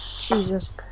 Jesus